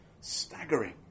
staggering